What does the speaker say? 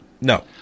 No